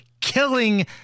killing